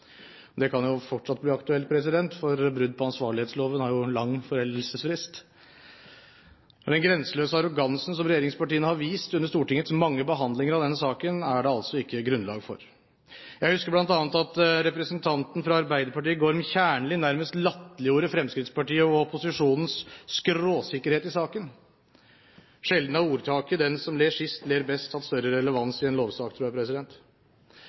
Det kan fortsatt bli aktuelt, for brudd på ansvarlighetsloven har jo lang foreldelsesfrist. Den grenseløse arrogansen som regjeringspartiene har vist under Stortingets mange behandlinger av denne saken, er det altså ikke grunnlag for. Jeg husker bl.a. at en representant fra Arbeiderpartiet, Gorm Kjernli, nærmest latterliggjorde Fremskrittspartiet og opposisjonens skråsikkerhet i saken. Sjelden har ordtaket «den som ler sist, ler best» hatt større relevans i en lovsak, tror jeg.